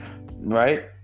right